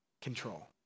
control